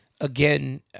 Again